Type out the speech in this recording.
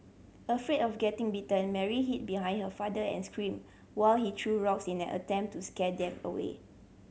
afraid of getting bitten Mary hid behind her father and screamed while he threw rocks in an attempt to scare them away